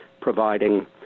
providing